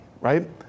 right